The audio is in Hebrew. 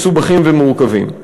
מסובכים ומורכבים.